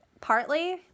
partly